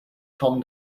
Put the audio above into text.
tom